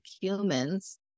humans